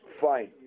fine